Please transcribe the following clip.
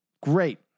Great